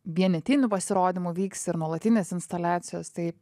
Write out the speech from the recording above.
vienetinių pasirodymų vyks ir nuolatinės instaliacijos tai